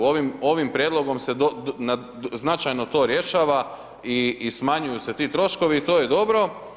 Ovim prijedlogom se značajno to rješava i smanjuju se ti troškovi i to je dobro.